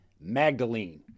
Magdalene